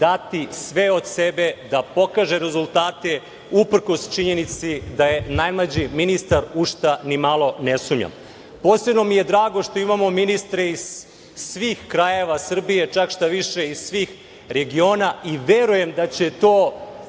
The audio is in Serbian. dati sve od sebe da pokaže rezultate, uprkos činjenici da je najmlađi ministar, u šta ni malo ne sumnjam. Posebno mi je drago što imamo ministre iz svih krajeva Srbije, štaviše, iz svih regiona, i verujem da će to